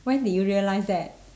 when did you realise that